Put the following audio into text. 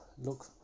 look